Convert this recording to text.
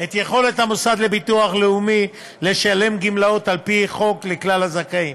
את יכולת המוסד לביטוח לאומי לשלם גמלאות על-פי חוק לכלל הזכאים.